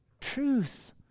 Truth